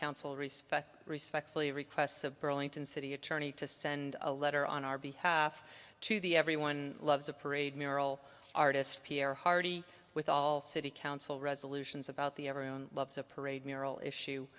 council respect respect the requests of burlington city attorney to send a letter on our behalf to the everyone loves a parade mural artist pierre hardy with all city council resolutions about the everyone loves a parade mural issue